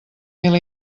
mil